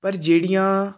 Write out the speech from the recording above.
ਪਰ ਜਿਹੜੀਆਂ